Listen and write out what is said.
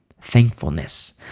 thankfulness